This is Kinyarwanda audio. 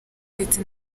ndetse